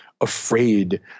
afraid